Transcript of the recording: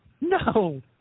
No